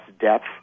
depth